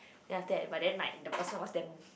then after that but then like the person was damn